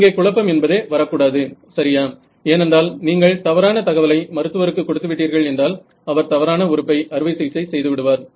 இங்கே குழப்பம் என்பதே வரக்கூடாது சரியா ஏனென்றால் நீங்கள் தவறான தகவலை மருத்துவருக்கு கொடுத்து விட்டீர்கள் என்றால் அவர் தவறான உறுப்பை அறுவை சிகிச்சை செய்துவிடுவார்